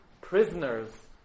prisoners